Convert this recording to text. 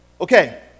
Okay